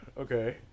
okay